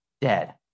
dead